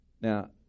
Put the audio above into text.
Now